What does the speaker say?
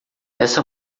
essa